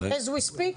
as we speak?